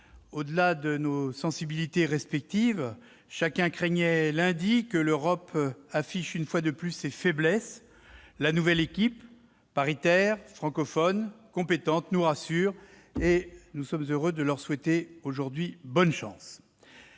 Au-delà de nos sensibilités respectives, chacun craignait, lundi dernier, que l'Europe n'affiche une fois de plus ses faiblesses. La nouvelle équipe, paritaire, francophone, compétente, nous rassure. Nous sommes heureux de lui souhaiter bonne chance.